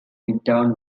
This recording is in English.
midtown